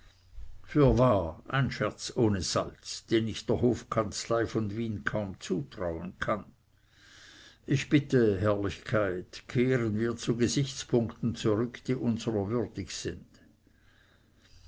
fürwahr ein scherz ohne salz den ich der hofkanzlei von wien kaum zutrauen kann ich bitte herrlichkeit kehren wir zu gesichtspunkten zurück die unser würdig sind